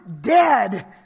dead